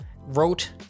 wrote